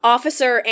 Officer